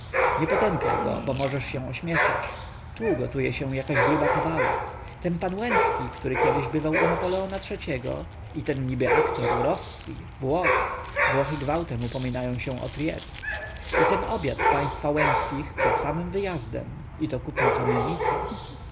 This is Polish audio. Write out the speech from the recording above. nie potępiaj go bo możesz się ośmieszyć tu gotuje się jakaś gruba kabała ten pan łęcki który kiedyś bywał u napoleona iii-go i ten niby aktor rossi włoch włochy gwałtem upominają się o tryjest i ten obiad u państwa łęckich przed samym wyjazdem i to kupno kamienicy